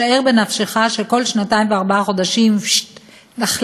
שער בנפשך שכל שנתיים וארבעה חודשים נחליף